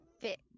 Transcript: fit